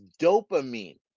dopamine